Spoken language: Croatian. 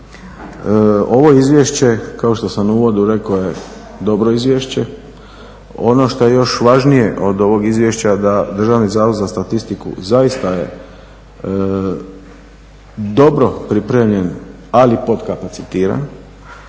Ovo izvješće kao što sam u uvodu rekao je dobro izvješće. Ono što je još važnije od ovog izvješća da DSZ zaista je dobro pripremljen ali potkapacitiran,